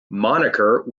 moniker